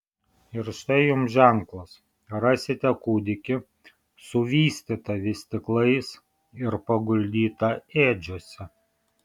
ir štai jums ženklas rasite kūdikį suvystytą vystyklais ir paguldytą ėdžiose